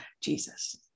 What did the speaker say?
Jesus